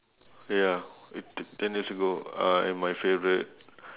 ya i~ t~ ten years ago uh and my favourite